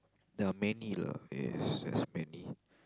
there are many lah yes there's many